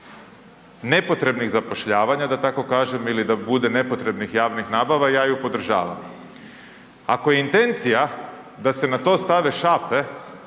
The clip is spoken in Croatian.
nepotrebnih zapošljavanje da tako kažem ili da bude nepotrebnih javnih nabava ja ju podržavam. Ako je intencija da se na to stave šape,